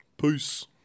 Peace